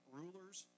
rulers